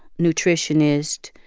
nutritionist,